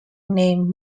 name